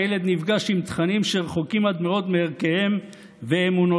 הילד נפגש עם תכנים שרחוקים עד מאוד מערכיהם ואמונותיהם.